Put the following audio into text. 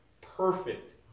perfect